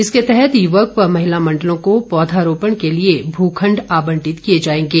इसके तहत युवक व महिला मंडलों को पौधारोपण के लिए भूखंड आबंटित किए जाएंगे